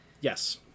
yes